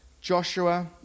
Joshua